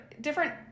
different